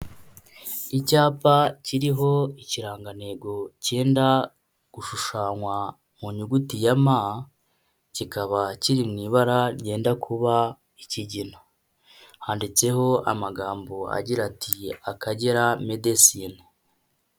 Icyapa kiriho ikirangantego cyenda gushushanywa mu nyuguti ya M, kikaba kiri mu ibara ryenda kuba ikigina, handitseho amagambo agira ati Akagera Medecine.